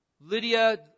Lydia